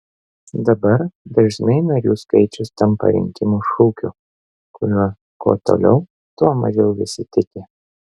dabar dažnai narių skaičius tampa rinkimų šūkiu kuriuo kuo toliau tuo mažiau visi tiki